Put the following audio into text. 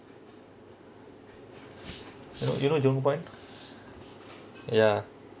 you know you know jemubai ya